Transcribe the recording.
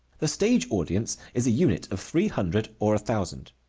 the stage audience is a unit of three hundred or a thousand.